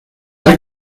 dar